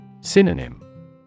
Synonym